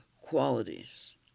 qualities